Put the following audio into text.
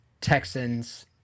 Texans